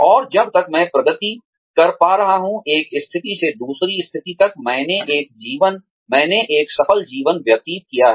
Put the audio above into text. और जब तक मैं प्रगति कर पा रहा हूं एक स्थिति से दूसरी स्थिति तक मैंने एक सफल जीवन व्यतीत किया है